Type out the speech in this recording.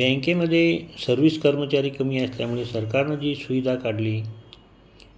बँकेमध्ये सर्व्हिस कर्मचारी कमी असल्यामुळे सरकारनं जी सुविधा काढली